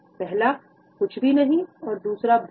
पहला कुछ भी नहीं और दूसरा भ्रम